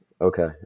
Okay